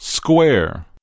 Square